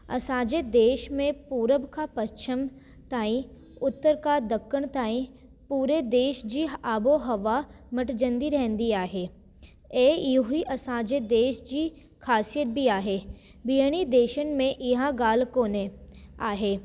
असांजे देश में पूरब खां पश्चिम ताईं उतर खां ॾखण ताईं पूरे देश जी आबोहवा मटिजंदी रहंदी आहे ऐं इहो ई असांजे देश जी ख़ासियत बि आहे ॿियनि देशनि में इहा ॻाल्हि कोन आहे